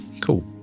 Cool